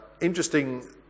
interesting